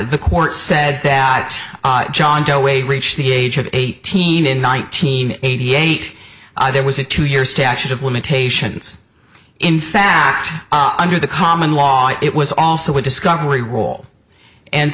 the court said that john doe way reached the age of eighteen in nineteen eighty eight there was a two year statute of limitations in fact under the common law it was also a discovery roll and